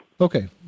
Okay